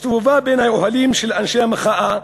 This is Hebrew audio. הסתובבה בין האוהלים של אנשי המחאה,